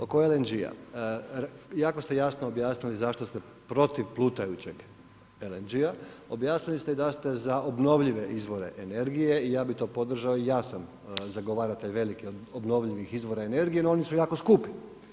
Oko LNG-a jako ste jasno objasnili zašto ste protiv plutajućeg, objasnili ste da ste obnovljive izvore energije i ja bih to podržao i ja sam zagovaratelj veliki obnovljivih izvora energije, no oni su jako skupi.